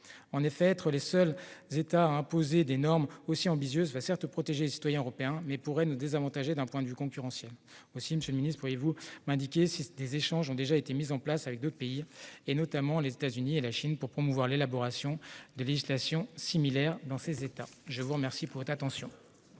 En effet, si nous sommes les seuls États à imposer des normes aussi ambitieuses, cela protégera certes les citoyens européens, mais cela pourrait nous désavantager d'un point de vue concurrentiel. Aussi, monsieur le ministre, pourriez-vous m'indiquer si des échanges ont déjà été entamés avec d'autres pays, notamment les États-Unis et la Chine, afin de promouvoir l'élaboration de législations similaires dans ces États ? La parole est à Mme Vanina